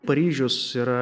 paryžius yra